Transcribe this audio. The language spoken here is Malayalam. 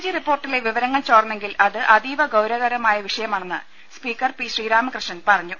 ജി റിപ്പോർട്ടിലെ വിവരങ്ങൾ ചോർന്നെങ്കിൽ അത് അതീവ ഗൌര വകരമായ വിഷയമാണെന്ന് സ്പീക്കർ പി ശ്രീരാമകൃഷ്ണൻ പറഞ്ഞു